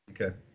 Okay